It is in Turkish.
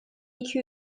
iki